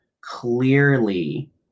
clearly